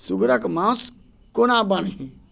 सुगरके माउस कोना बान्ही